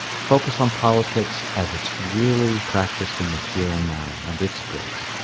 focus on politics as it's really practiced in the here and now, and its goods.